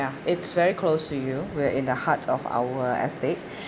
it's very close to you we're in the heart of our estate